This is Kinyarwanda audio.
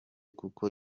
kuko